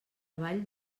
vall